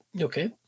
okay